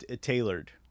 tailored